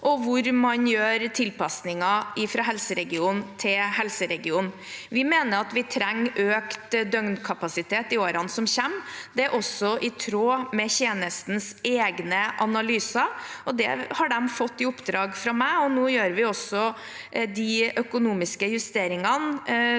og hvor man gjør tilpasninger fra helseregion til helseregion. Vi mener at vi trenger økt døgnkapasitet i årene som kommer. Det er også i tråd med tjenestens egne analyser, og det har de fått i oppdrag fra meg. Nå gjør vi også de økonomiske justeringene